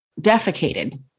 defecated